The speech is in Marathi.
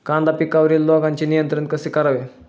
कांदा पिकावरील रोगांचे नियंत्रण कसे करावे?